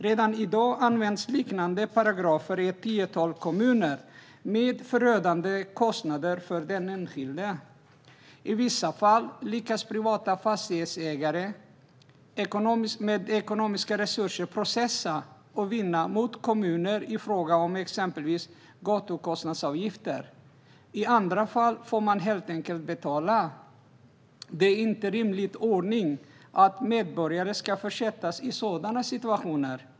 Redan i dag används liknande paragrafer i ett tiotal kommuner, med förödande kostnader för den enskilde. I vissa fall lyckas privata fastighetsägare med ekonomiska resurser processa och vinna mot kommuner i fråga om exempelvis gatukostnadsavgifter. I andra fall får man helt enkelt betala. Det är inte en rimlig ordning att medborgare ska försättas i sådana situationer.